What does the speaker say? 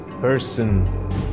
person